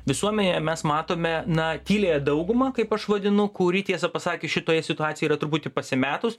visuomenėje mes matome na tyliąją daugumą kaip aš vadinu kuri tiesą pasakius šitoje situacijoje yra truputį pasimetus